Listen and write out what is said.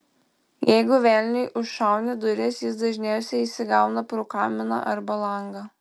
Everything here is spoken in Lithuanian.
jeigu velniui užšauni duris jis dažniausiai įsigauna pro kaminą arba langą